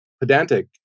pedantic